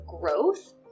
growth